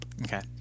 Okay